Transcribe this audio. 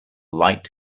light